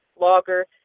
logger